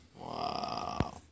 Wow